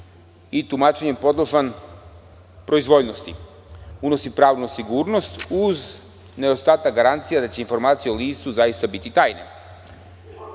i tumačenjem je podložan proizvoljnosti, unosi pravnu sigurnost uz nedostatak garancija da će informacije o licu zaista biti